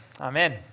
Amen